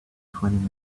twenty